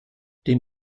dem